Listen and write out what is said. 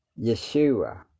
Yeshua